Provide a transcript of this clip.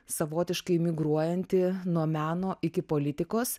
savotiškai migruojanti nuo meno iki politikos